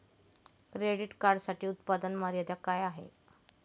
Credit कार्डसाठी उत्त्पन्न मर्यादा काय आहे?